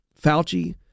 Fauci